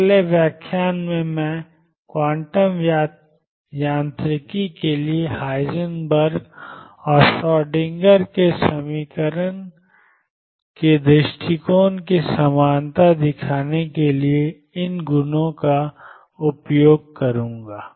अगले व्याख्यान में मैं क्वांटम यांत्रिकी के लिए हाइजेनबर्ग और श्रोडिंगर के दृष्टिकोण की समानता दिखाने के लिए इन गुणों का उपयोग करूंगा